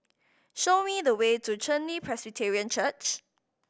show me the way to Chen Li Presbyterian Church